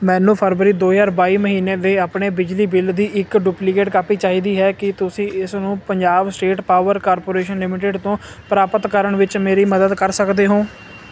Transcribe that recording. ਮੈਨੂੰ ਫਰਵਰੀ ਦੋ ਹਜ਼ਾਰ ਬਾਈ ਮਹੀਨੇ ਦੇ ਆਪਣੇ ਬਿਜਲੀ ਬਿੱਲ ਦੀ ਇੱਕ ਡੁਪਲੀਕੇਟ ਕਾਪੀ ਚਾਹੀਦੀ ਹੈ ਕੀ ਤੁਸੀਂ ਇਸ ਨੂੰ Punjab State Power Corporation Limited ਤੋਂ ਪ੍ਰਾਪਤ ਕਰਨ ਵਿੱਚ ਮੇਰੀ ਮਦਦ ਕਰ ਸਕਦੇ ਹੋ